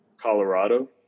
colorado